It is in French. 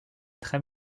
très